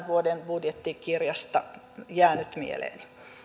vuoden budjettikirjasta jäänyt mieleeni